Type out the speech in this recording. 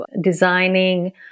designing